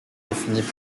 définies